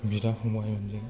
बिदा फंबायमोनजों